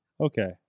Okay